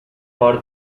for